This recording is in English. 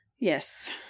Yes